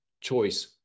choice